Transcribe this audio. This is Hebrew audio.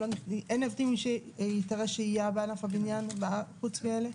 אין עובדים עם היתרי שהייה בענף הבנין חוץ מאלה,